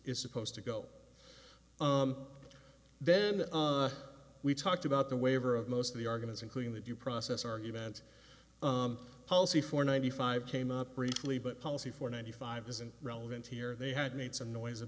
is supposed to go then we talked about the waiver of most of the arguments including the due process argument policy for ninety five came up briefly but policy for ninety five isn't relevant here they had made some noise